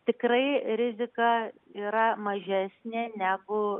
tikrai rizika yra mažesnė negu